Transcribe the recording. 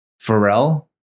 pharrell